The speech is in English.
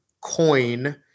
coin